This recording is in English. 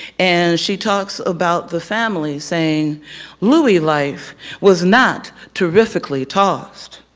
and she talks about the family saying louie life was not terrifically tossed.